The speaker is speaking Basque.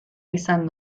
izan